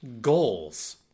goals